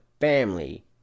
family